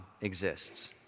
exists